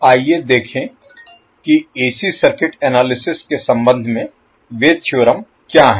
आइए देखें कि एसी सर्किट एनालिसिस के संबंध में वे थ्योरम क्या हैं